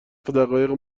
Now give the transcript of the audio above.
دقایق